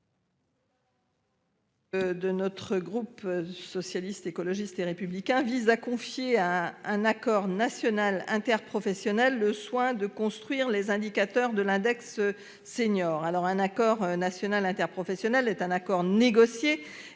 De notre groupe socialiste, écologiste et républicain vise à confier à un accord national interprofessionnel le soin de construire les indicateurs de l'index. Senior alors un accord national interprofessionnel est un accord négocié